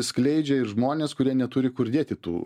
skleidžia ir žmonės kurie neturi kur dėti tų